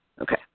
Okay